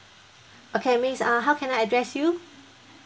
okay miss uh how can I address you